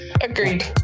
agreed